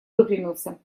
выпрямился